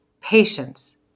patience